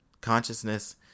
Consciousness